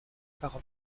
par